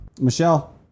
Michelle